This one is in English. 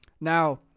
now